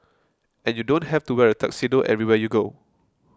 and you don't have to wear a tuxedo everywhere you go